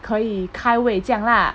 可以开胃这样 lah